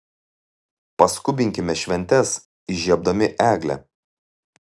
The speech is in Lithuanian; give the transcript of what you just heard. paskubinkime šventes įžiebdami eglę